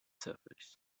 surface